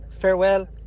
Farewell